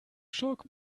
schock